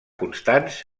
constants